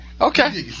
Okay